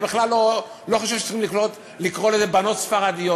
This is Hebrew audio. אני בכלל לא חושב שצריכים לקרוא לזה "בנות ספרדיות".